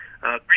Green